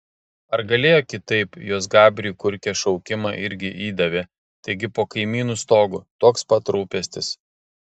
ar galėjo kitaip jos gabriui kurkė šaukimą irgi įdavė taigi po kaimynų stogu toks pat rūpestis